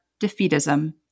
defeatism